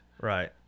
Right